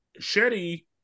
Shetty